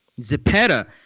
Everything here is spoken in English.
Zepeda